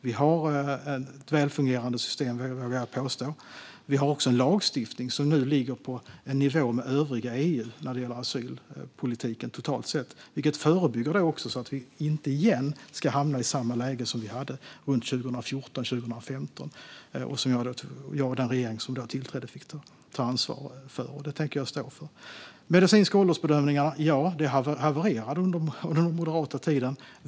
Vi har ett väl fungerande system, vågar jag påstå. Vi har också en lagstiftning som nu ligger i nivå med övriga EU:s när det gäller asylpolitiken totalt sett, vilket förebygger att vi igen hamnar i det läge som vi hade runt 2014 och 2015 och som jag och den regering som då tillträdde fick ta ansvar för. Det tänker jag stå för. De medicinska åldersbedömningarna havererade under den moderata tiden.